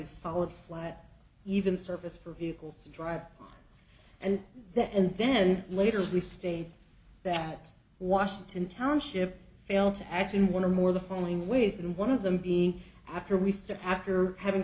a solid flat even surface for vehicles to drive and that and then later the state that washington township failed to act in one of more the following ways and one of them being after mr after having